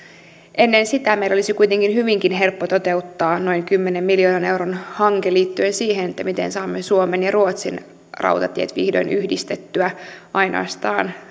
ennen sitä meillä olisi kuitenkin hyvinkin helppo toteuttaa noin kymmenen miljoonan euron hanke liittyen siihen miten saamme suomen ja ruotsin rautatiet vihdoin yhdistettyä ainoastaan noin